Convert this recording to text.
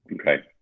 Okay